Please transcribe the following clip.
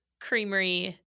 Creamery